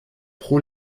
pro